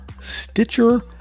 Stitcher